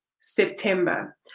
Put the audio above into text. September